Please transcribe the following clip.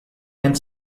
and